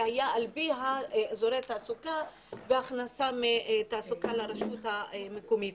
זה היה על פי אזורי תעסוקה והכנסה מתעסוקה לרשות המקומית.